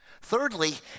Thirdly